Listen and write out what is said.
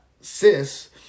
cis